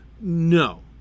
no